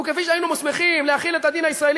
כפי שהיינו מוסמכים להחיל את הדין הישראלי